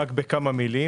בכמה מילים